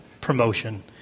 Promotion